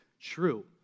true